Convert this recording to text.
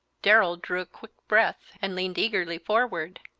darrell drew a quick breath and leaned eagerly forward.